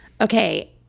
Okay